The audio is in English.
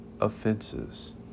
offenses